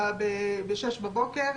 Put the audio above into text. ב-6:00 בבוקר,